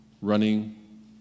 running